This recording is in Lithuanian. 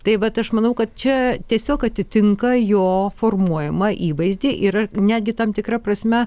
tai vat aš manau kad čia tiesiog atitinka jo formuojamą įvaizdį ir netgi tam tikra prasme